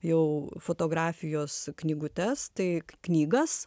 jau fotografijos knygutes tai knygas